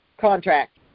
contract